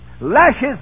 lashes